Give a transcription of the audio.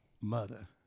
mother